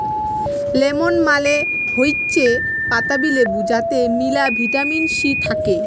lemon মালে হৈচ্যে পাতাবি লেবু যাতে মেলা ভিটামিন সি থাক্যে